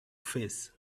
face